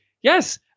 Yes